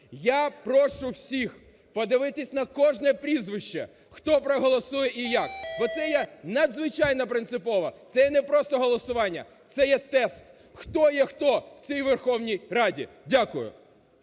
Я прошу всіх подивитись на кожне прізвище, хто проголосує і як, бо це є надзвичайно принципово, це є не просто голосування, це є тест, хто є хто в цій Верховній Раді. Дякую.